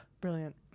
brilliant